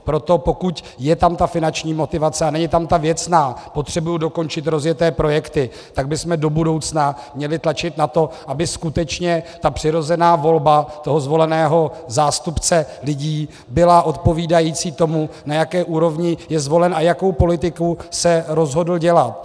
Proto pokud je tam ta finanční motivace a není tam ta věcná potřebuji dokončit rozjeté projekty tak bychom do budoucna měli tlačit na to, aby skutečně ta přirozená volba toho zvoleného zástupce lidí byla odpovídající tomu, na jaké úrovni je zvolen a jakou politiku se rozhodl dělat.